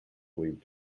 believed